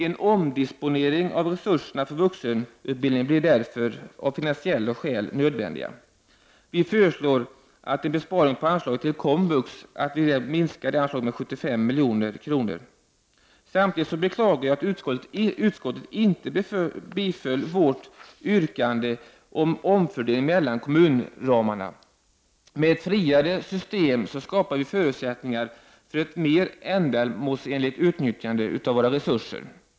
En omdisponering av resurserna för vuxenutbildning blir därför av finansiella skäl nödvändig. Vi föreslår en besparing på anslaget till komvux med 75 milj.kr. Jag beklagar att utskottet inte tillstyrkt vårt yrkande om omfördelning mellan kommunramarna. Med ett friare system skapar vi förutsättningar för ett mer ändamålsenligt utnyttjande av våra resurser.